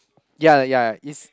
ya ya is